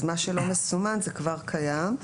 אז מה שלא מסומן כבר קיים.